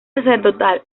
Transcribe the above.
sacerdotal